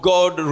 God